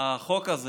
החוק הזה,